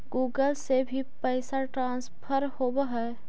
Google से भी पैसा ट्रांसफर होवहै?